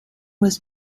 was